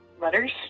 letters